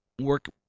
Work